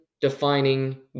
defining